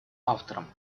авторам